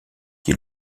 qui